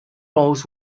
roles